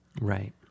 Right